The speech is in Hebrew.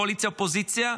קואליציה ואופוזיציה,